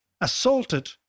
assaulted